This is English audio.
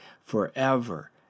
forever